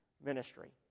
ministry